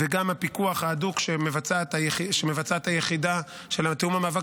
וגם הפיקוח ההדוק שמבצעת היחידה לתיאום המאבק